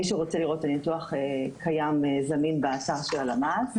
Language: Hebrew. מי שרוצה לראות, הניתוח קיים זמין באתר של הלמ"ס,